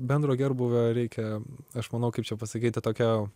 bendro gerbūvio reikia aš manau kaip čia pasakyti tokia